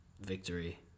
victory